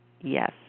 yes